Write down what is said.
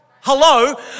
Hello